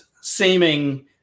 seeming